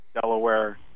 Delaware